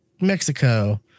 Mexico